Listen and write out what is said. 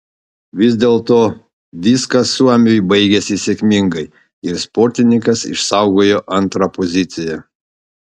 vis dėlto viskas suomiui baigėsi sėkmingai ir sportininkas išsaugojo antrą poziciją